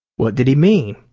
what did he mean?